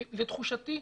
לתחושתי,